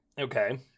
Okay